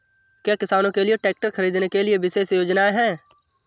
क्या किसानों के लिए ट्रैक्टर खरीदने के लिए विशेष योजनाएं हैं?